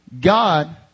God